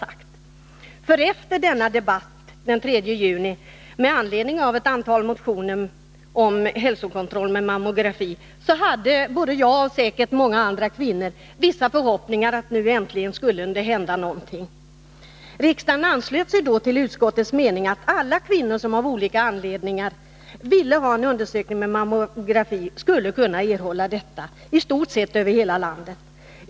Efter riksdagens debatt den 3 juni 1981 med anledning av ett antal motioner om hälsokontroll med mammografi hade jag och säkert många andra kvinnor vissa förhoppningar om att det nu äntligen skulle komma att hända någonting. Riksdagen anslöt sig då till utskottets mening, att alla kvinnor som av olika anledningar ville ha en undersökning med mammografi skulle kunna erhålla detta, i stort sett över hela landet.